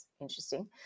interesting